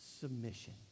submission